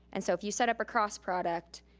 and so if you set up a cross-product,